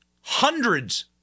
Hundreds